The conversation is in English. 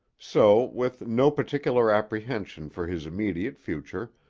so, with no particular apprehension for his immediate future,